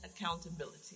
accountability